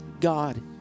God